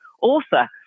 author